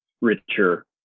richer